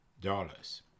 dollars